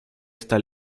esta